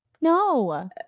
No